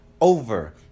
over